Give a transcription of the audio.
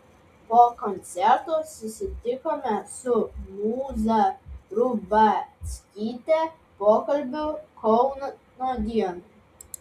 po koncerto susitikome su mūza rubackyte pokalbiui kauno dienai